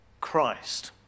Christ